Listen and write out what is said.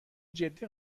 جدی